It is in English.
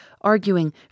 arguing